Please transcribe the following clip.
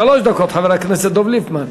שלוש דקות, חבר הכנסת דב ליפמן.